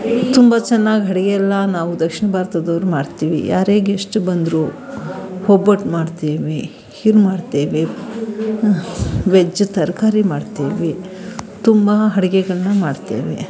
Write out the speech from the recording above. ತುಂಬ ಚೆನ್ನಾಗಿ ಅಡುಗೆಯೆಲ್ಲ ನಾವು ದಕ್ಷಿಣ ಭಾರತದವ್ರು ಮಾಡ್ತೀವಿ ಯಾರೇ ಗೆಸ್ಟು ಬಂದರು ಒಬ್ಬಟ್ಟು ಮಾಡ್ತೀವಿ ಖೀರ್ ಮಾಡ್ತೀವಿ ವೆಜ್ ತರಕಾರಿ ಮಾಡ್ತೀವಿ ತುಂಬ ಅಡುಗೆಗಳನ್ನ ಮಾಡ್ತೇವೆ